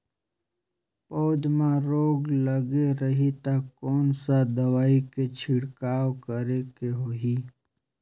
पौध मां रोग लगे रही ता कोन सा दवाई के छिड़काव करेके होही?